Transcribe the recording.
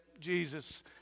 Jesus